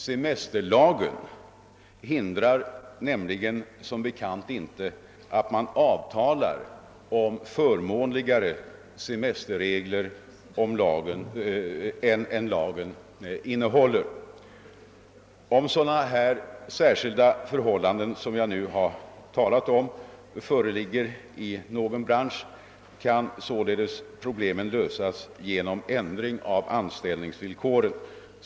Semesterlagen hindrar nämligen som bekant inte att man avtalar om förmånligare semesterregler än lagen föreskriver. Om sådana särskilda förhållanden, som jag nu talat om, föreligger i någon bransch kan således problemen lösas genom ändring av anställningsvillkoren.